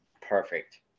perfect